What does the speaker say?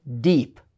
deep